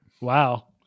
Wow